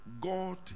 God